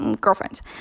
girlfriends